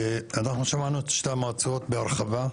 אנחנו שמענו את שתי המועצות בהרחבה.